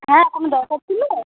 হ্যাঁ কোনো দরকার ছিল